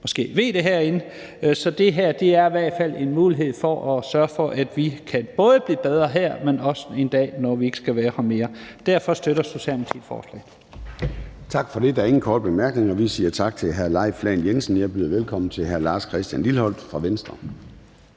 måske ved det herinde. Så det her er i hvert fald en mulighed for at sørge for, at vi både kan blive bedre her, men også en dag, når vi ikke skal være her mere. Derfor støtter Socialdemokratiet forslaget. Kl. 13:27 Formanden (Søren Gade): Tak for det. Der er ingen korte bemærkninger, og vi siger tak til hr. Leif Lahn Jensen. Jeg byder velkommen til hr. Lars Christian Lilleholt fra Venstre.